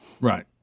Right